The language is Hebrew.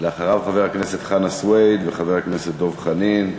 אחריו, חבר הכנסת חנא סוייד וחבר הכנסת דב חנין.